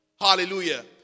Hallelujah